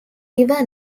river